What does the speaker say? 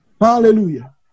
Hallelujah